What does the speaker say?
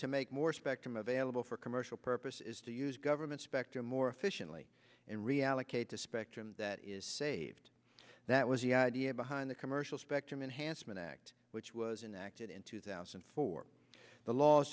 to make more spectrum available for commercial purpose is to use government spectrum more efficiently and reallocate the spectrum that is saved that was the idea behind the commercial spectrum unhandsome act which was in acted in two thousand and four the laws